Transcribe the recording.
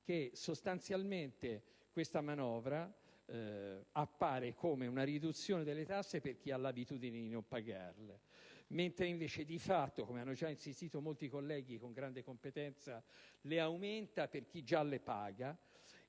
che sostanzialmente questa manovra appare come una riduzione delle tasse per chi ha l'abitudine di non pagarle, mentre di fatto, come hanno già spiegato con grande competenza molti colleghi, le aumenta per chi già le paga